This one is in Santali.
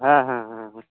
ᱦᱮᱸ ᱦᱮᱸ ᱦᱮᱸ ᱦᱮᱸ